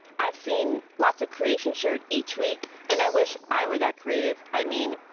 i've seen lots of creation shared each week. and i wish i were that creative. i mean,